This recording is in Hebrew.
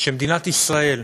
שמדינת ישראל,